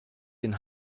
den